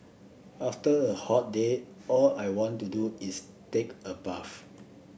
after a hot day all I want to do is take a bath